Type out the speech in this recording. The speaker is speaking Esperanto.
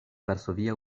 varsovia